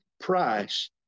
price